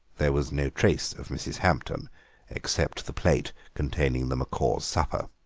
there was no trace of mrs. hampton except the plate containing the macaws' supper.